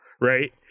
right